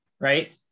right